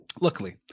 Luckily